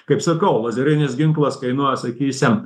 kaip sakau lazerinis ginklas kainuoja sakysim